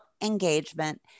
engagement